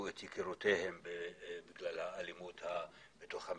את יקירותיהן בגלל האלימות בתוך המשפחה.